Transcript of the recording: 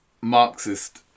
Marxist